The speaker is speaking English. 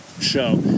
show